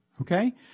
Okay